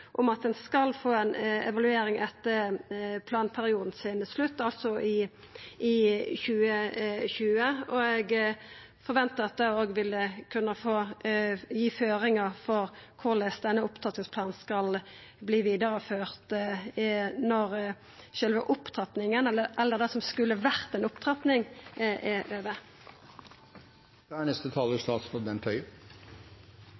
om at ein skal få ei evaluering etter planperioden sin slutt, altså i 2020, og eg forventar at det òg vil kunna gi føringar for korleis denne opptrappingsplanen skal vidareførast når sjølve opptrappinga – det som skulle vore ei opptrapping – er levert. Også jeg er selvfølgelig bekymret over